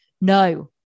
no